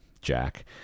Jack